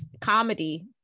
comedy